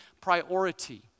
priority